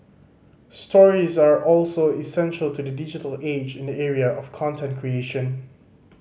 stories are also essential to the digital age in the area of content creation